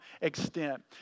extent